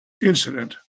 incident